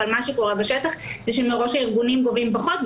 אבל מה שקורה בשטח הוא שמראש הארגונים גובים פחות,